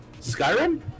Skyrim